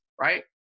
right